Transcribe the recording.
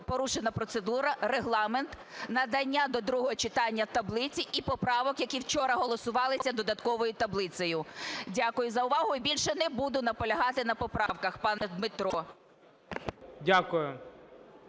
порушена процедура, Регламент надання до другого читання таблиці і поправок, які вчора голосувалися додатковою таблицею. Дякую за увагу. І більше не буду наполягати на поправках, пане Дмитре.